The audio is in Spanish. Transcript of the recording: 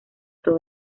todo